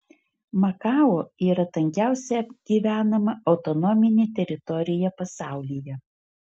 makao yra tankiausiai gyvenama autonominė teritorija pasaulyje